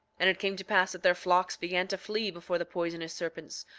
and it came to pass that their flocks began to flee before the poisonous serpents,